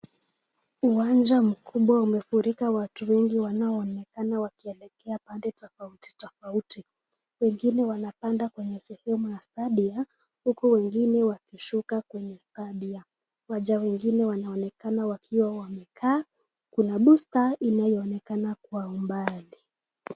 Uwanja mkubwa umefurika watu wengi wanao onekana wakielekea pande tofauti tofauti wengine wanapanda kwenye sehemu ya stadium huku wengine wakishuka kwenye stadium waja wengine wanaonekana wakiwa wamekaa kuna booster inayoonekana kwa umbali.